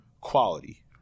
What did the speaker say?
quality